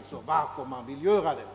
Felet